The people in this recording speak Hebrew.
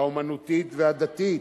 האמנותית והדתית,